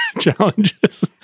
challenges